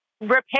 repair